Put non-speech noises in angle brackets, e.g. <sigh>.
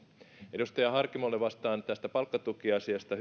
edustaja harkimolle vastaan hyvään kysymykseen tästä palkkatukiasiasta <unintelligible>